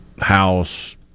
house